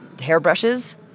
hairbrushes